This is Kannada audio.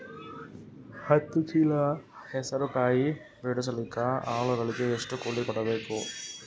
ಹತ್ತು ಚೀಲ ಹೆಸರು ಕಾಯಿ ಬಿಡಸಲಿಕ ಆಳಗಳಿಗೆ ಎಷ್ಟು ಕೂಲಿ ಕೊಡಬೇಕು?